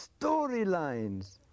storylines